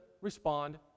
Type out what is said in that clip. respond